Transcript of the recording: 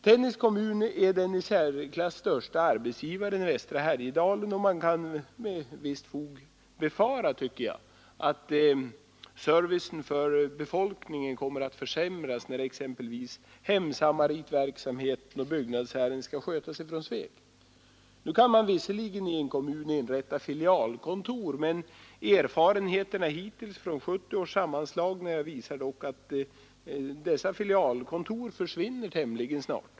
Tännäs kommun är den i särklass största arbetsgivaren i västra Härjedalen, och man kan med visst fog befara, tycker jag, att servicen för befolkningen kommer att försämras, när exempelvis hemsamaritverksamheten och byggnadsärendena skall skötas från Sveg. Nu kan man visserligen i en kommun inrätta filialkontor, men erfarenheterna hittills från 1970 års sammanslagningar visar att dessa filialkontor försvinner tämligen snart.